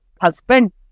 husband